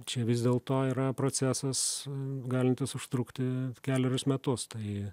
čia vis dėlto yra procesas galintis užtrukti kelerius metus tai